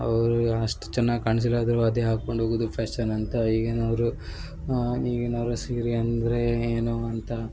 ಅವರು ಅಷ್ಟು ಚೆನ್ನಾಗಿ ಕಾಣ್ಸಿಲಾದ್ರು ಅದೇ ಹಾಕೊಂಡು ಹೋಗುದು ಫ್ಯಾಷನ್ ಅಂತ ಈಗಿನವರು ಈಗಿನವರು ಸೀರೆ ಅಂದರೆ ಏನೋ ಅಂತ